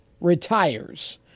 retires